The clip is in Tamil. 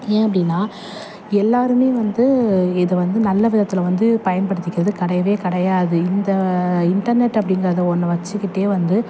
ஏன் அப்படின்னா எல்லோருமே வந்து இதை வந்து நல்ல விதத்தில் வந்து பயன்படுத்திக்கிறது கிடையவே கிடையாது இந்த இன்டர்நெட் அப்படிங்கிறது ஒன்று வச்சிக்கிட்டே வந்து